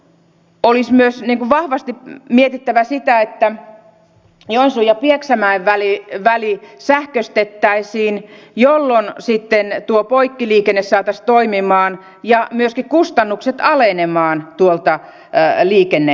olisi myös vahvasti mietittävä sitä että joensuun ja pieksämäen väli sähköistettäisiin jolloin sitten tuo poikkiliikenne saataisiin toimimaan ja myöskin kustannukset alenemaan tuolta liikennealueelta